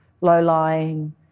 low-lying